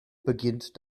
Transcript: beginnt